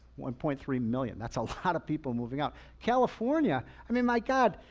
one point three million, that's a lot of people moving out. california, i mean, my god.